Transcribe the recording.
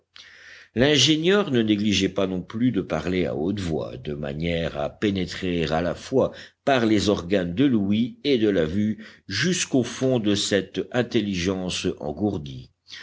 l'ingénieur ne négligeait pas non plus de parler à haute voix de manière à pénétrer à la fois par les organes de l'ouïe et de la vue jusqu'au fond de cette intelligence engourdie